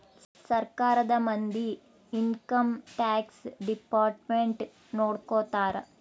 ಸರ್ಕಾರದ ಮಂದಿ income tax department ನೊಡ್ಕೋತರ